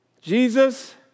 Jesus